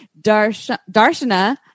Darshana